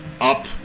up